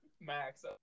Max